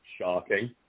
Shocking